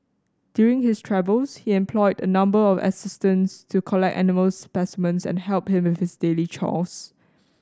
during his travels he employed a number of assistants to collect animals specimens and help him with his daily chores